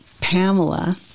Pamela